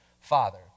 father